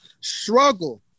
Struggle